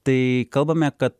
tai kalbame kad